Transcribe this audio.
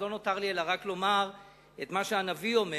אז לא נותר לי אלא לומר את מה שהנביא אומר: